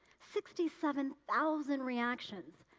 sixty seven thousand reactions.